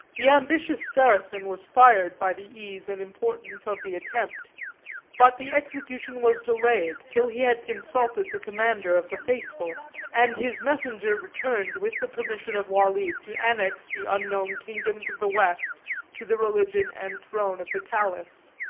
the ambitious saracen was fired by the ease and importance of the attempt but the execution was delayed till he had consulted the commander of the faithful and his messenger returned with the permission of walid to annex the unknown kingdoms of the west to the religion and throne of the caliphs.